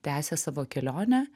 tęsia savo kelionę